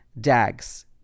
dags